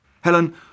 Helen